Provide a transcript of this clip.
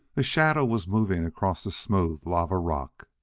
a shadow was moving across the smooth lava rock.